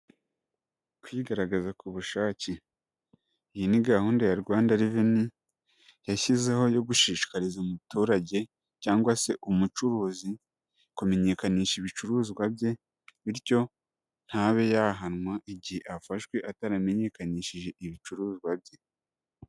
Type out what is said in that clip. kwigaragaza ku bushake iyi ni gahunda ya Rwanda Reveni yashyizeho yo gushishikariza umuturage cyangwa se umucuruzi kumenyekanisha ibicuruzwa bye bityo ntabe yahanwa igihe afashwe ataramenyekanishije ibicuruzwa bye.